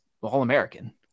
all-american